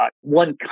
one